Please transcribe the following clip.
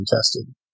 tested